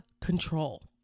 control